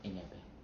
they never